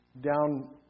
down